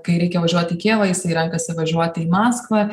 kai reikia važiuoti į kijevą jisai renkasi važiuoti į maskvą